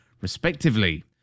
respectively